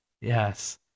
yes